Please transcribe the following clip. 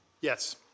Yes